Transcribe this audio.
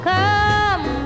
Come